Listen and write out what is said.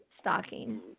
stocking